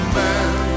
man